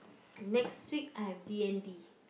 next week I have D_and_D